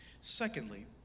Secondly